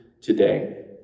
today